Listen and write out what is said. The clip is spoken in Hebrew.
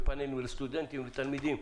בפאנלים לסטודנטים ומול תלמידים.